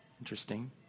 Interesting